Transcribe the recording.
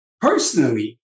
personally